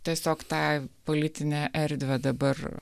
tiesiog tą politinę erdvę dabar